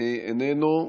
איננו,